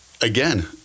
again